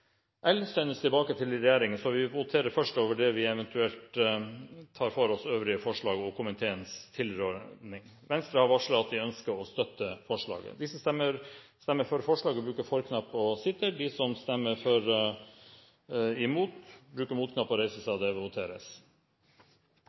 L sendes tilbake til regjeringen. Vi voterer først over det, før vi eventuelt tar for oss øvrige forslag og komiteens tilråding. Venstre har varslet at de støtter forslaget. Det voteres over forslag nr. 1, fra Fremskrittspartiet og Høyre. Forslaget lyder: «Stortinget ber regjeringen fremme forslag om avvikling av medieeierskapsloven, og